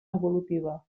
evolutiva